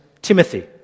Timothy